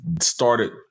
started